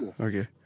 okay